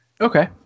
Okay